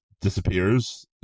disappears